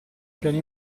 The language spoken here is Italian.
piani